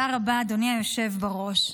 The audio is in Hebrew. אדוני היושב בראש.